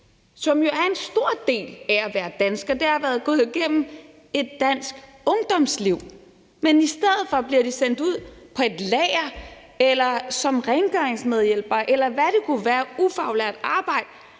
som jo er en stor del af det at være dansker, altså det at være gået igennem et dansk ungdomsliv. Men i stedet for bliver de sendt ud på et lager eller som rengøringsmedhjælpere, eller hvad det kunne være af ufaglært arbejde,